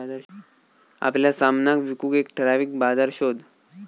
आपल्या सामनाक विकूक एक ठराविक बाजार शोध